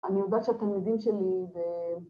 ‫אני יודעת שהתלמידים שלי, זה...